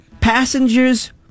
Passengers